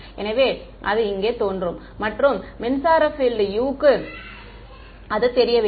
எனவே அது அங்கே தோன்றும் மற்றும் மின்சார பீல்ட் u க்கு அது தெரியவில்லை